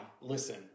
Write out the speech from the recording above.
listen